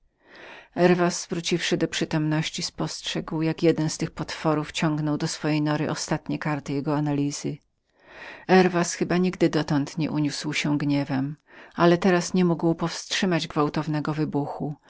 herwas wróciwszy do przytomności spostrzegł jak jeden z tych potworów ciągnął do swojej nory ostatnie karty jego analizy herwas nigdy dotąd nie uniósł się był gniewem ale teraz nie mógł powstrzymać gwałtownego wybuchu